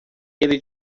ele